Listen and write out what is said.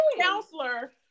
counselor